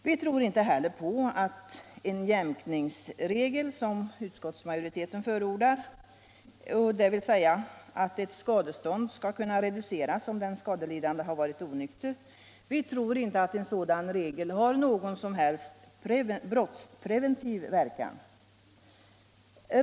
Vi tror inte heller på att en jämkningsregel som den utskottet förordar, dvs. att ett skadestånd skall kunna reduceras, om den skadelidande har varit onykter, har någon som helst brottspreventiv verkan.